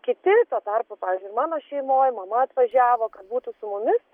kiti tuo tarpu pavyzdžiui ir mano šeimoj mama atvažiavo kad būtų su mumis